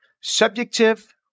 subjective